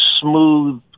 smooth